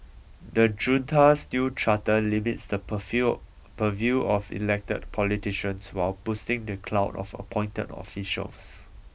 the junta's new charter limits the purview of elected politicians while boosting the clout of appointed officials